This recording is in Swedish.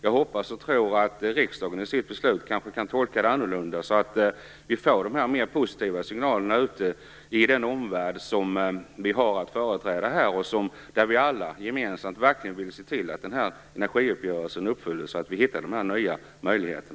Jag hoppas och tror att riksdagen i sitt beslut kanske kan tolka det annorlunda så att vi får mer positiva signaler ute i den omvärld vi har att företräda här. Vi vill ju alla gemensamt verkligen se till att energiuppgörelsen uppfylls och att vi hittar nya möjligheter.